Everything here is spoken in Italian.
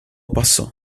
passò